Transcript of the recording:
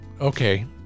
okay